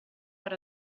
per